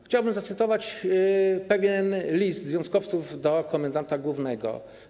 Chciałbym zacytować pewien list związkowców do komendanta głównego.